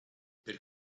per